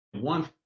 one